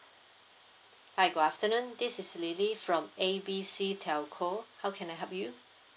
hi good afternoon this is lily from A B C telco how can I help you